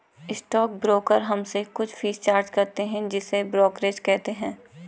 stock broker हमसे कुछ fees charge करते हैं जिसे ब्रोकरेज कहते हैं